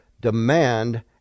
demand